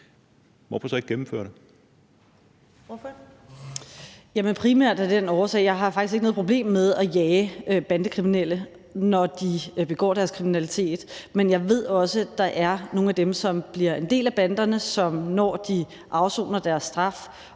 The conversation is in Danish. Pernille Vermund (NB): Jamen jeg har faktisk ikke noget problem med at jage bandekriminelle, når de begår deres kriminalitet, men jeg ved også, at der er nogle af dem, som bliver en del af banderne, som, når de har afsonet deres straf